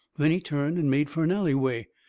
then he turned and made fur an alleyway,